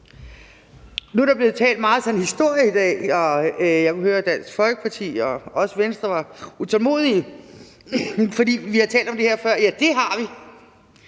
Nu er der blevet talt meget sådan historie i dag, og jeg kunne høre, at Dansk Folkeparti og også Venstre var utålmodige, fordi vi har talt om det her før. Ja, det har vi.